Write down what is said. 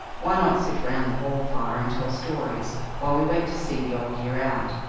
why not sit round the hall fire and tell stories, while we wait to see the old year out,